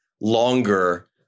longer